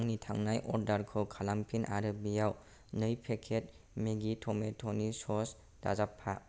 आंनि थांनाय अर्डारखौ खालामफिन आरो बेयाव नै पेकेट मेगि टमेट'नि स'स दाजाबफा